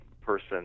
person